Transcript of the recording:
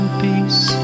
peace